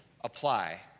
apply